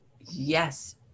Yes